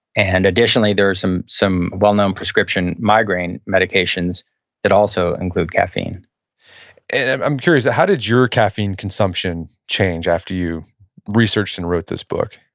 and additionally, there are some some well-known prescription migraine medications that also include caffeine and i'm i'm curious, how did your caffeine consumption change change after you researched and wrote this book?